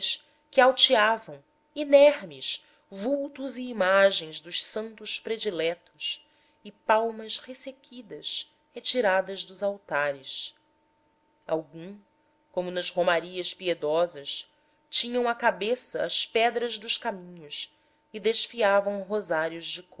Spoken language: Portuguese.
que alteavam inermes vultos e imagens dos santos prediletos e palmas ressequidas retiradas dos altares alguns como nas romarias piedosas tinham à cabeça as pedras dos caminhos e desfiavam rosários de